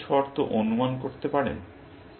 আপনি কি শর্তটি অনুমান করতে পারেন